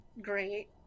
great